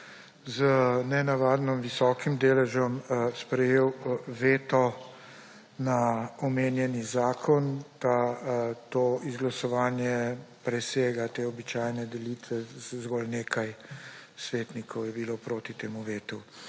z nenavadno visokim deležem sprejel veto na omenjeni zakon. To izglasovanje presega te običajne delitve, zgolj nekaj svetnikov je bilo proti temu vetu.